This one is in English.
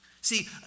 See